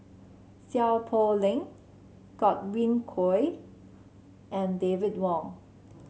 Seow Poh Leng Godwin Koay and David Wong